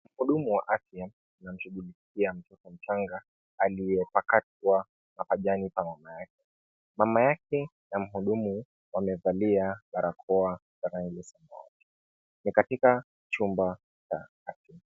Mhudumu wa afya anamshughulikia mtoto mchanga aliyepakatwa mapajani pa mama yake. Mama yake na mhudumu amevalia barakoa za rangi samawati .Ni katika chumba cha afya.